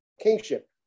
kingship